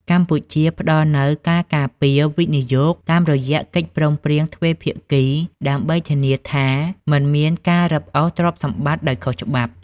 កម្ពុជាផ្ដល់នូវ "ការការពារវិនិយោគ" តាមរយៈកិច្ចព្រមព្រៀងទ្វេភាគី ដើម្បីធានាថាមិនមានការរឹបអូសទ្រព្យសម្បត្តិដោយខុសច្បាប់។